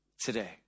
today